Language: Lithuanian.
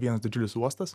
vienas didžiulis uostas